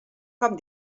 com